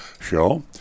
show